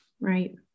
Right